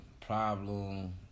Problem